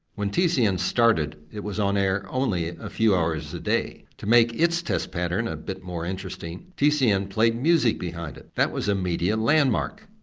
when tcn started it was on-air only a few hours a day. to make its test pattern a bit more interesting, tcn played music behind it. that was a media landmark,